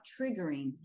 triggering